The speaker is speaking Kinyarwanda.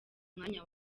mwanya